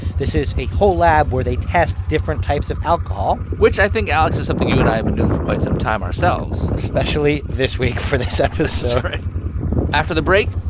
this is a whole lab where they test different types of alcohol which i think, alex, is something you and i have been doing for quite some time ourselves especially this week for this episode after the break,